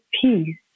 peace